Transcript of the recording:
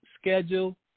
schedule